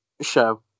show